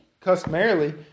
customarily